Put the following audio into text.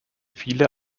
viele